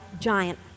giant